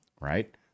right